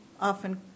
often